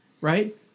right